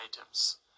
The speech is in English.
items